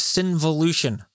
Sinvolution